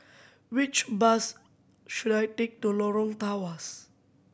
which bus should I take to Lorong Tawas